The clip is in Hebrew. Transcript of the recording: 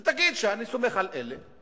ותגיד: אני סומך על אלה,